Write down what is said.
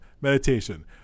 Meditation